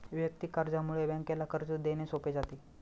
वैयक्तिक कर्जामुळे बँकेला कर्ज देणे सोपे जाते